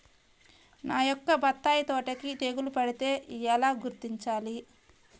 నా యొక్క బత్తాయి తోటకి తెగులు పడితే ఎలా గుర్తించాలి?